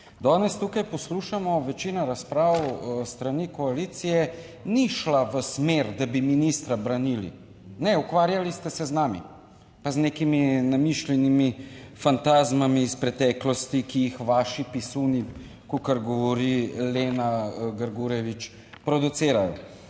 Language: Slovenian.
Danes tukaj poslušamo, večina razprav s strani koalicije ni šla v smer, da bi ministra branili. Ne, ukvarjali ste se z nami, pa z nekimi namišljenimi fantazmami iz preteklosti, ki jih vaši pisuni, kakor govori Lena Grgurevič, producirajo.